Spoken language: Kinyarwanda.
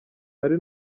hari